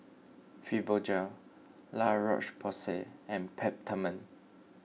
Fibogel La Roche Porsay and Peptamen